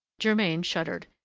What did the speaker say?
germain shuddered.